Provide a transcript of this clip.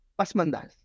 Pasmandas